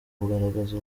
kugaragaza